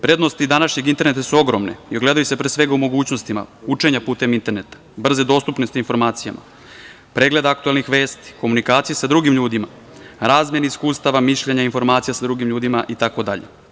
Prednosti današnjeg interneta su ogromne i ogledaju se pre svega u mogućnostima učenja putem interneta, brze dostupnosti informacijama, pregled aktuelnih vesti, komunikacije sa drugim ljudima, razmeni iskustava, mišljenja i informacija sa drugim ljudima itd.